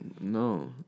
No